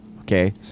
Okay